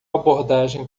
abordagem